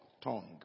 tongue